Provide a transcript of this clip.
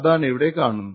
അതാണിവിടെ കാണുന്നത്